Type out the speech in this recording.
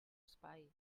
espai